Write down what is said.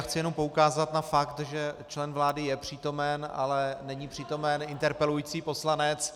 Chci jenom poukázat na fakt, že člen vlády je přítomen, ale není přítomen interpelující poslanec.